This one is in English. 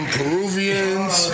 Peruvians